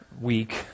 week